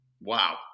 Wow